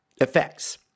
effects